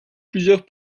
plusieurs